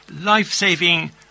life-saving